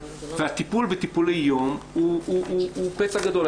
הטיפול בטיפולי יום הוא פצע גדול.